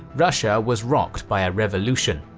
russia was rocked by a revolution.